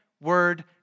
word